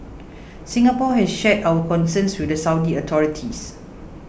Singapore has shared our concerns with the Saudi authorities